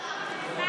לאימא שלך.